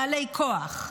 בעלי כוח,